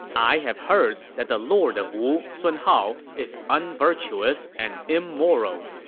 i have heard that the lord of wu, sun hao, is unvirtuous and immoral.